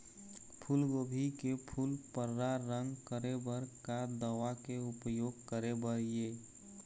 फूलगोभी के फूल पर्रा रंग करे बर का दवा के उपयोग करे बर ये?